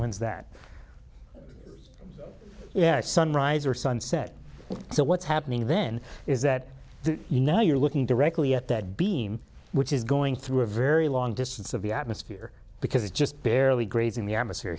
once that yeah a sunrise or sunset so what's happening then is that you know you're looking directly at that beam which is going through a very long distance of the atmosphere because it's just barely grazing the atmosphere